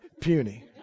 puny